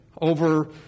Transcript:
over